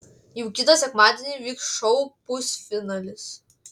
jau kitą sekmadienį vyks šou pusfinalis